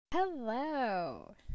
hello